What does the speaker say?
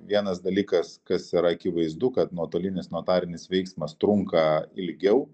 vienas dalykas kas yra akivaizdu kad nuotolinis notarinis veiksmas trunka ilgiau